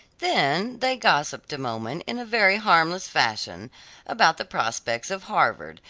then they gossiped a moment in a very harmless fashion about the prospects of harvard,